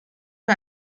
wir